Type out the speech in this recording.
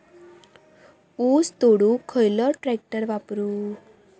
ऊस तोडुक खयलो ट्रॅक्टर वापरू?